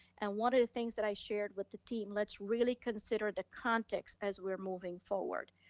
and one of the things that i shared with the team, let's really consider the context as we're moving forward.